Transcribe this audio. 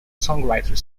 songwriter